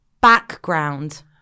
background